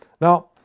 Now